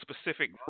specific